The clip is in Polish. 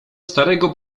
starego